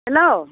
hello